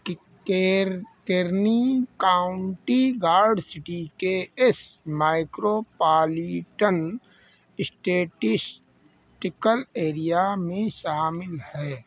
Cairn County Guard City के एस micropolitan statistical area में शामिल है